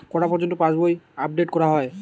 কটা পযর্ন্ত পাশবই আপ ডেট করা হয়?